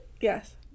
Yes